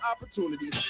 opportunities